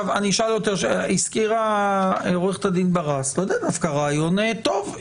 הזכירה עורכת הדין ברס רעיון טוב.